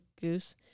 goose